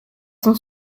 son